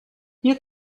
hier